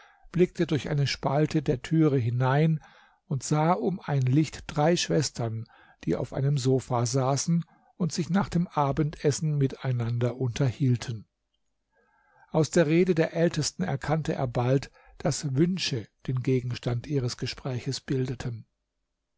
blickte durch eine spalte der türe hinein und sah um ein licht drei schwestern die auf einem sofa saßen und sich nach dem abendessen miteinander unterhielten aus der rede der ältesten erkannte er bald daß wünsche den gegenstand ihres gespräches bildeten